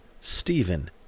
Stephen